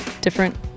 different